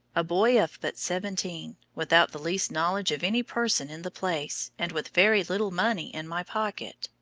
a boy of but seventeen, without the least knowledge of any person in the place, and with very little money in my pocket.